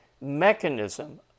mechanism